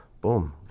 boom